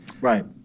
Right